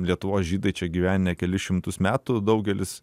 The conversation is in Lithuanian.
lietuvos žydai čia gyvenę kelis šimtus metų daugelis